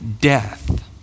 death